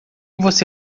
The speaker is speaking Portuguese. você